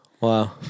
Wow